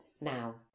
now